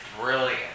brilliant